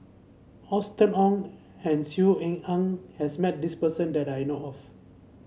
Austen Ong and Saw Ean Ang has met this person that I know of